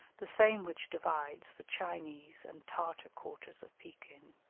the same which divides the chinese and tartar quarters of pekin.